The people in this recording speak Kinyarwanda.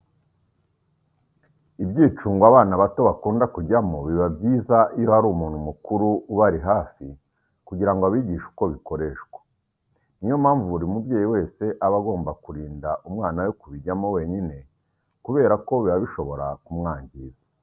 Ibyicungo abana bato bakunda kujyamo biba byiza iyo hari umuntu mukuru ubari hafi kugira ngo abigishe uko bikoreshwa. Ni yo mpamvu buri mubyeyi wese aba agomba kurinda umwana we kubijyamo wenyine kubera ko biba bishobora kumwangiza.